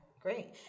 great